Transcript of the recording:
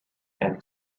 and